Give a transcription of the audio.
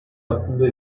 hakkında